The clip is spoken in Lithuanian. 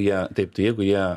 jie taip tai jeigu jie